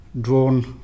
drawn